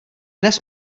dnes